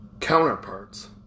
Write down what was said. counterparts